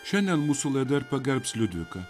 šiandien mūsų dar pagerbs liudvika